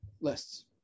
lists